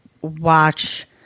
watch